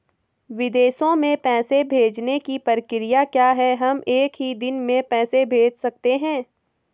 विदेशों में पैसे भेजने की प्रक्रिया क्या है हम एक ही दिन में पैसे भेज सकते हैं?